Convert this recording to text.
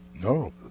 No